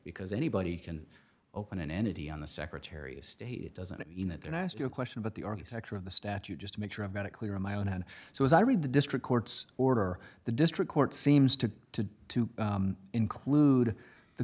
because anybody can open an entity on the secretary of state it doesn't mean that then i ask you a question about the architecture of the statute just make sure i've got a clear in my own hand so as i read the district court's order the district court seems to to to include the